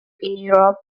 europe